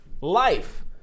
life